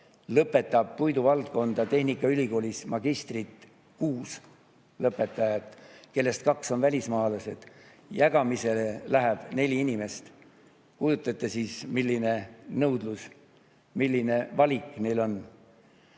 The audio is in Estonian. lõpetab puiduvaldkonna tehnikaülikoolis magistris kuus lõpetajat, kellest kaks on välismaalased. Jagamisele läheb neli inimest. Kujutate, milline nõudlus, milline valik neil on?